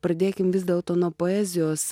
pradėkim vis dėlto nuo poezijos